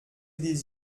des